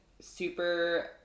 super